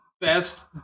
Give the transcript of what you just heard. best